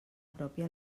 pròpia